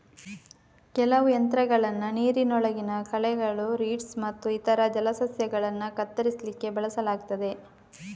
ಕೆಲವು ಯಂತ್ರಗಳನ್ನ ನೀರಿನೊಳಗಿನ ಕಳೆಗಳು, ರೀಡ್ಸ್ ಮತ್ತು ಇತರ ಜಲಸಸ್ಯಗಳನ್ನ ಕತ್ತರಿಸ್ಲಿಕ್ಕೆ ಬಳಸಲಾಗ್ತದೆ